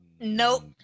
Nope